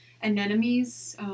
anemones